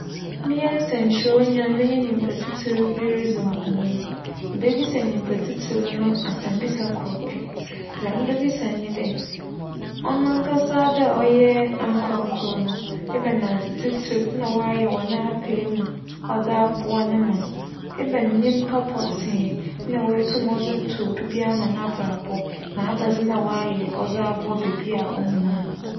Meyɛ nsɛnkyerɛwnyi a menye nyimpa tsitsir bi ridzi nkͻmbͻ yi, mebebisa nyimpa tsitsir no asɛmbisa kor pɛ. Dza mebebisa nye dɛ, ͻno ankasa dɛ ͻyɛ ankorankor no, ebɛn adze tsitsir na ͻayɛ no wͻ n'apaamu ͻdze oboa ne man, ebɛn nyimpa pͻtsee na oetum ͻdze ntowdo bi ama n'abrabͻ na ebɛnadze na ͻayɛ ͻdze aboa beebi a ohu no ho.